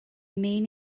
main